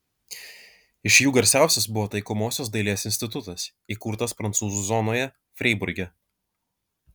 iš jų garsiausias buvo taikomosios dailės institutas įkurtas prancūzų zonoje freiburge